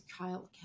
childcare